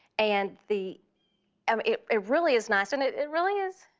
and the um it it really is nice. and it it really is,